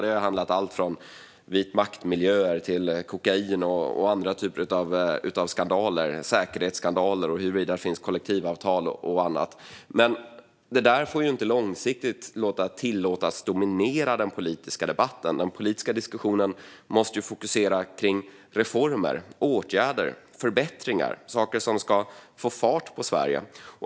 Det har handlat om allt från vitmaktmiljöer till kokain och andra typer av skandaler. Det har handlat om säkerhetsskandaler och huruvida det har funnits kollektivavtal och annat. Men det där får ju inte långsiktigt tillåtas att dominera den politiska debatten. Den politiska diskussionen måste fokusera på reformer, åtgärder och förbättringar - på saker som ska få fart på Sverige.